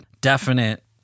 definite